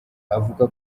avuka